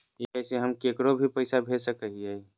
UPI से हम केकरो भी पैसा भेज सको हियै?